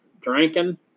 drinking